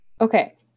Okay